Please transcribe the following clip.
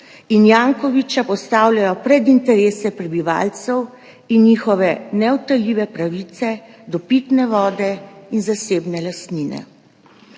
in Jankovića postavljajo pred interese prebivalcev in njihove neodtujljive pravice do pitne vode in zasebne lastnine.